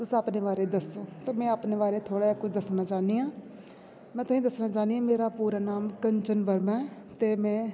तुस अपने बारे दस्सो ते में अपने बारे थोह्ड़ा दस्सना चाह्नियां ते में तोहें दस्सना चाह्नियां मेरा पूरा नांऽ कंचन वर्मा ऐ ते में